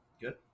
good